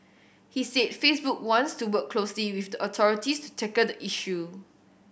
he said Facebook wants to work closely with the authorities to tackle the issue